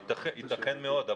ייתכן מאוד,